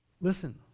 Listen